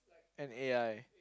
and A_I